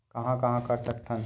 कहां कहां कर सकथन?